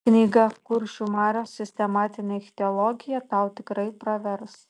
knyga kuršių marios sistematinė ichtiologija tau tikrai pravers